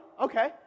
Okay